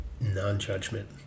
non-judgment